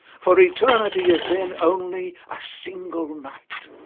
for eternity is then only a single night.